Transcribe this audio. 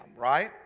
right